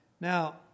Now